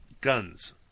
Guns